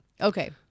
Okay